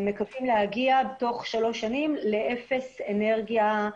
מקווים להגיע תוך שלוש שנים לאפס אנרגיה,